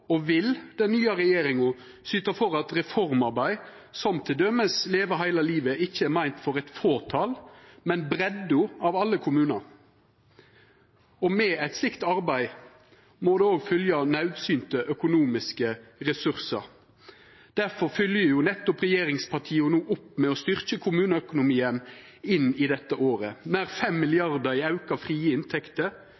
og vil – den nye regjeringa syta for at reformarbeid som t.d. Leve heile livet ikkje er meint for eit fåtal, men for breidda av alle kommunar. Med eit slikt arbeid må det òg fylgja naudsynte økonomiske ressursar. Difor fylgjer regjeringspartia no opp med nettopp å styrkja kommuneøkonomien inn i dette året. Nær